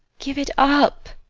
give it up!